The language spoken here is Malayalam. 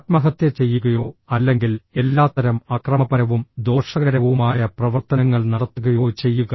ആത്മഹത്യ ചെയ്യുകയോ അല്ലെങ്കിൽ എല്ലാത്തരം അക്രമപരവും ദോഷകരവുമായ പ്രവർത്തനങ്ങൾ നടത്തുകയോ ചെയ്യുക